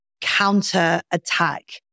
counterattack